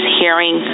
hearing